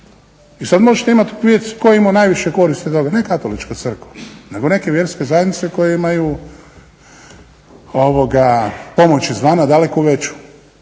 i sad možete vidjet tko je imao najviše koristi od ovoga, ne katolička crkva nego neke vjerske zajednice koje imaju pomoć izvana daleko veću